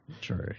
True